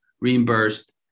reimbursed